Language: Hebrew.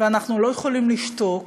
ואנחנו לא יכולים לשתוק,